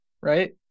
right